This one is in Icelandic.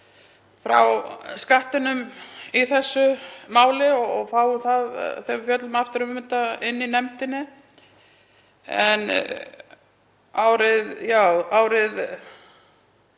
frá Skattinum í þessu máli og fáum þær þegar við fjöllum aftur um málið í nefndinni. Við